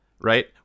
right